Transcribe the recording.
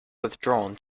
withdrawn